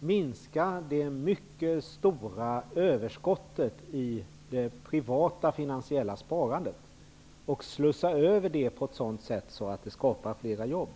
minska det mycket stora överskottet i det privata finansiella sparandet och slussa över det på ett sådant sätt att det skapar flera jobb.